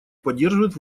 поддерживает